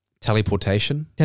Teleportation